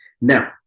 Now